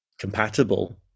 compatible